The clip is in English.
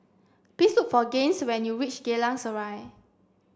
please look for Gaines when you reach Geylang Serai